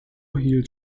hielt